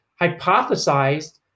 hypothesized